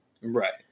Right